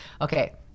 okay